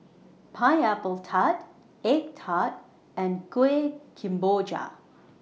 Pineapple Tart Egg Tart and Kueh Kemboja